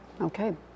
Okay